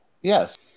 Yes